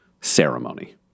ceremony